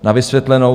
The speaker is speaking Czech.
Na vysvětlenou.